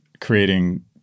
creating